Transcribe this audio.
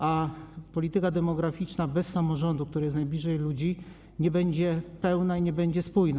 A polityka demograficzna bez samorządu, który jest najbliżej ludzi, nie będzie pełna i nie będzie spójna.